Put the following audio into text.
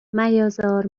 میازار